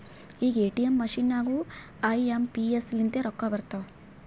ಈಗ ATM machine ನಾಗೂ I M P S ಲಿಂತೆ ರೊಕ್ಕಾ ಬರ್ತಾವ್